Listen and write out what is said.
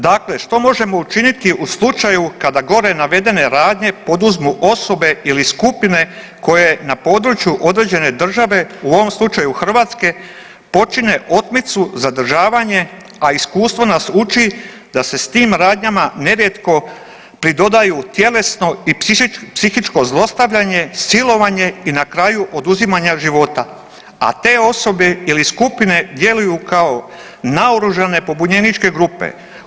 Dakle, što možemo učiniti u slučaju kada gore navedene radnje poduzmu osobe ili skupine koje na području određene države u ovom slučaju Hrvatske počine otmicu, zadržavanje, a iskustvo nas uči da se s tim radnjama nerijetko pridodaju tjelesno i psihičko zlostavljanje, silovanje i na kraju oduzimanje života, a te osobe ili skupine djeluju kao naoružane pobunjeničke grupe.